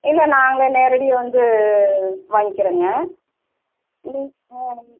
இல்லை நாங்கள் நேரடியாக வந்து வாங்க்கிறோங்க